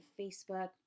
Facebook